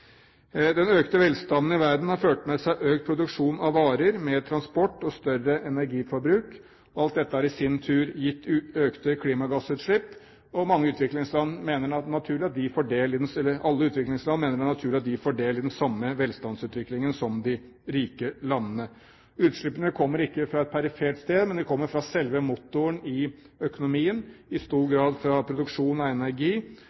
Den økte velstanden i verden har ført med seg økt produksjon av varer, mer transport og større energiforbruk. Alt dette har i sin tur gitt økte klimagassutslipp. Alle utviklingsland mener at det er naturlig at de får del i den samme velstandsutviklingen som de rike landene. Utslippene kommer ikke fra et perifert sted, men det kommer fra selve motoren i økonomien, i stor grad fra produksjon av energi.